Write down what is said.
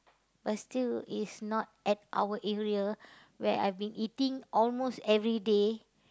but still is not at our area where I've been eating almost everyday